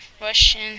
Russian